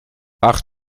ach